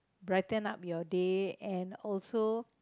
brighten up your day and also